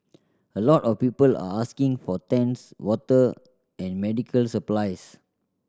a lot of people are asking for tents water and medical supplies